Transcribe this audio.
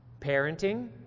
Parenting